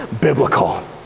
biblical